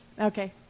Okay